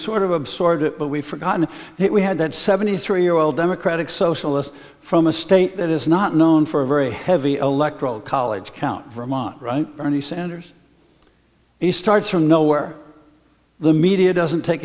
sort of absorbed it but we've forgotten it we had that seventy three year old democratic socialist from a state that is not known for very heavy electoral college count vermont right bernie sanders he starts from nowhere the media doesn't take